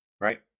right